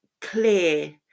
clear